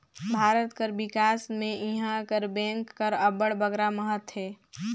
भारत कर बिकास में इहां कर बेंक कर अब्बड़ बगरा महत अहे